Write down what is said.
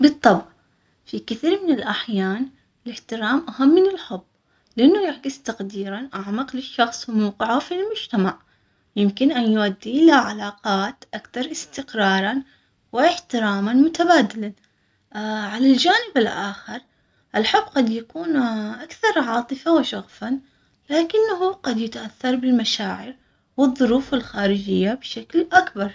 بالطبع، في كثير من الأحيان الإحترام أهم من الحب، لأنه يعكس تقديرًا أعمق للشخص وموقعه في المجتمع يمكن أن يؤدي إلى علاقات أكثر، استقرارًا واحترامًا متبادلًا على الجانب الآخر الحب قد يكون أكثر عاطفة وشغفًا لكنه.